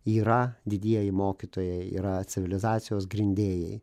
yra didieji mokytojai yra civilizacijos grindėjai